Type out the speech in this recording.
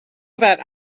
about